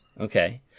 Okay